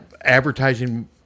advertising